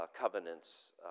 Covenants